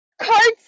Cards